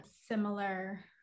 similar